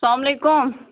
السلام علیکُم